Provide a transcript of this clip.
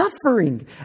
suffering